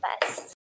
best